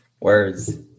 Words